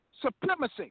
Supremacy